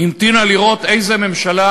המתינה לראות איזו ממשלה